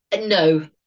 No